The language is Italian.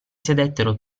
sedettero